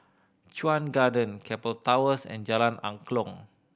Chuan Garden Keppel Towers and Jalan Angklong